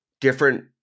different